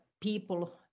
people